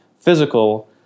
physical